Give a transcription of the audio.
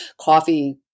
coffee